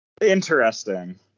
Interesting